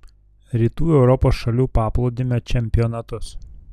rytų europos šalių paplūdimio čempionatus